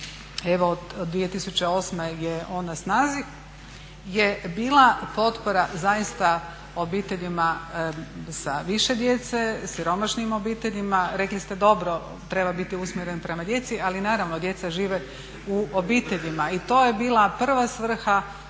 evo od 2008. je on na snazi, je bila potpora zaista obiteljima sa više djece, siromašnim obiteljima. Rekli ste dobro, treba biti usmjeren prema djeci ali naravno djeca žive u obiteljima i to je bila prva svrha